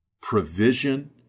provision